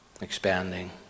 expanding